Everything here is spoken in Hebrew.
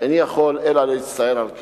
איני יכול אלא להצטער על כך.